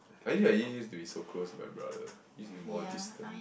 actually I didn't use to be so close to my brother used to be more distant